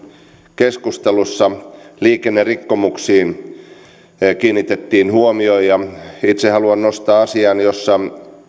keskustelussa liikennerikkomuksiin kiinnitettiin huomiota ja itse haluan nostaa asian jossa